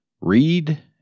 Read